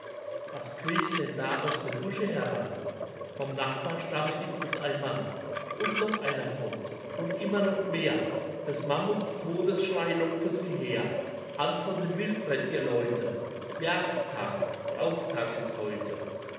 was kriecht denn da aus dem busche heran vom nachbarstamme ist es ein mann und noch einer kommt und immer noch mehr des mammuts todesschrei lockte sie her hand von dem wildbret ihr leute jagdtag rauftag ist heute